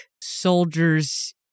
soldiers